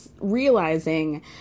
realizing